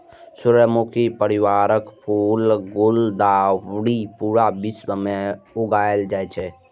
सूर्यमुखी परिवारक फूल गुलदाउदी पूरा विश्व मे उगायल जाए छै